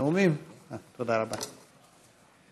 סמכות שר האוצר להארכת הפטור ממס לתושב ישראל